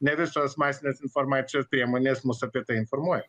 ne visos masinės informacijos priemonės mus apie tai informuoja